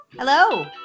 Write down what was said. Hello